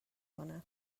کنه